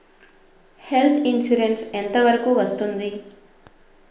Health insurance ఎంత వరకు వస్తుంది?